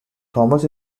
thomas